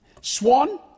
Swan